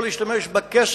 המערבית,